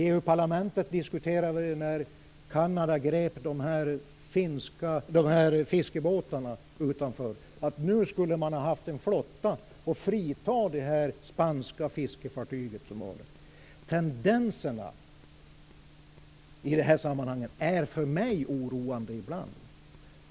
När Kanada grep fiskebåtarna utanför deras kust diskuterade EU parlamentet att man skulle ha haft en flotta för att kunna frita det spanska fiskefartyget. Tendenserna i det här sammanhanget är för mig ibland oroande.